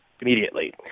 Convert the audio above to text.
immediately